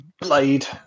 blade